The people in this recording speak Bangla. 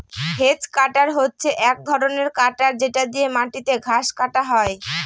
হেজ কাটার হচ্ছে এক ধরনের কাটার যেটা দিয়ে মাটিতে ঘাস কাটা হয়